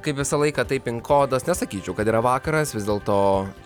kaip visą laiką tai pinkodas nesakyčiau kad yra vakaras visdėlto